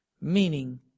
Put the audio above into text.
meaning